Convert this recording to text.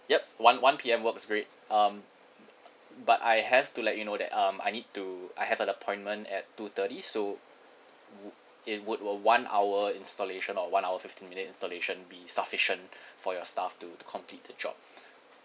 yup one one P_M works great um but I have to let you know that um I need to I have a appointment at two thirty so would it would will one hour installation or one hour fifteen minutes installation be sufficient for your staff to complete the job